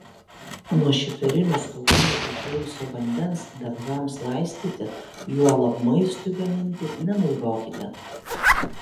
nuo šiferinių stogų nutekėjusio vandens daržams laistyti juolab maistui gaminti nenaudokite